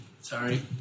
Sorry